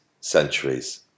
centuries